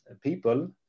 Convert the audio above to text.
people